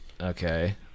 okay